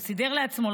הוא סידר לעצמו,